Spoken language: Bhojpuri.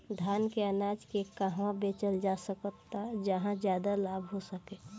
धान के अनाज के कहवा बेचल जा सकता जहाँ ज्यादा लाभ हो सके?